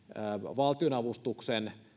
valtionavustuksen